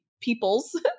peoples